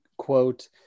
quote